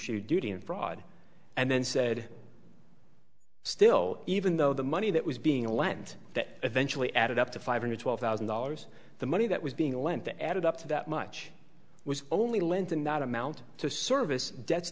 of fraud and then said still even though the money that was being a land that eventually added up to five hundred twelve thousand dollars the money that was being lent to added up to that much was only lent in that amount to service debts